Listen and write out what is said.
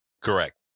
Correct